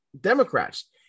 Democrats